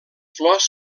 flors